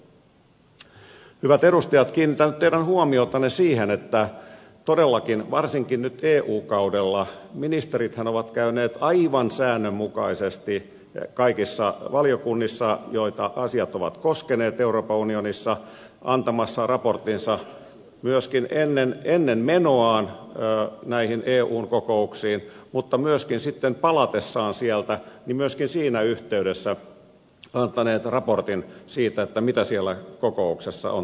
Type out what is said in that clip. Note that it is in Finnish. hyvät edustajat kiinnitän nyt teidän huomiotanne siihen että todellakin varsinkin nyt eu kaudella ministerithän ovat käyneet aivan säännönmukaisesti kaikissa valiokunnissa joita asiat ovat koskeneet euroopan unionissa antamassa raporttinsa myöskin ennen menoaan näihin eun kokouksiin mutta myöskin sitten palatessaan sieltä myöskin siinä yhteydessä antaneet raportin siitä mitä siellä kokouksessa on tapahtunut